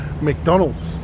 McDonald's